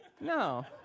No